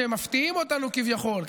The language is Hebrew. שהם מפתיעים אותנו כביכול,